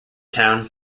town